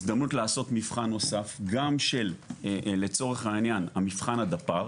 הזדמנות לעשות מבחן נוסף גם של לצורך העניין מבחן הדפ"ר,